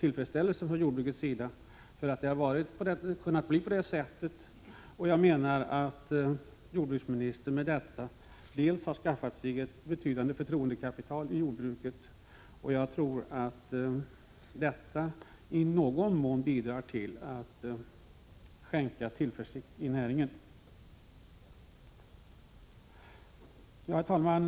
tillfredsställelse från jordbrukets sida för att det har kunnat bli på det här sättet. Jag menar att jordbruksministern härigenom har skaffat sig ett betydande förtroendekapital i jordbruket, och jag tror att detta i någon mån bidrar till att skänka tillförsikt i näringen. 15 Herr talman!